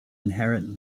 inherit